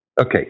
Okay